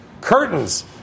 curtains